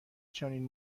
چنین